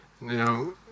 now